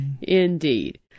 Indeed